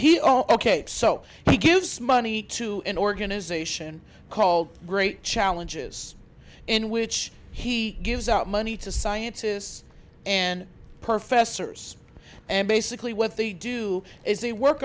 achieve he ok so he gives money to an organization called great challenges in which he gives out money to sciences and professor and basically what they do is they work